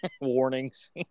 warnings